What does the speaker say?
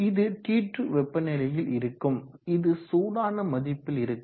இது T2 வெப்பநிலையில் இருக்கும் இது சூடான மதிப்பில் இருக்கும்